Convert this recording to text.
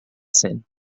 cent